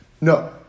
no